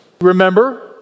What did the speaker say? remember